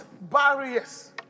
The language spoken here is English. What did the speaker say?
barriers